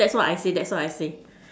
that's what I say that's what I say